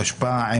התשפ"א-2021,